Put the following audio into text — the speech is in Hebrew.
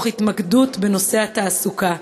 בהתמקדות בנושא התעסוקה.